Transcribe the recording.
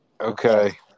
Okay